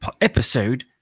episode